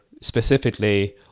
specifically